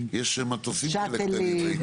כמו שאטלים -- יש מטוסים קטנים כאלה ראיתי.